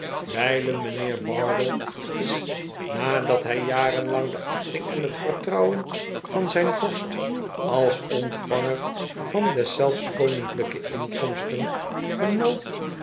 wijlen mijnheer bardell is nadat hij jarenlang de achting en het vertrouwen van zijn vorst als ontvanger van deszelfs koninklijke inkomsten genoot